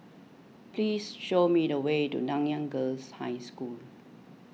please show me the way to Nanyang Girls' High School